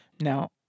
Now